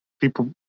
People